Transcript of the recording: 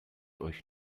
euch